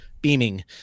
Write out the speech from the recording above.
beaming